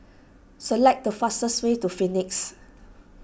select the fastest way to Phoenix